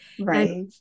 Right